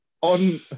on